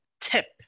tip